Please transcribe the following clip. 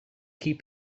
keep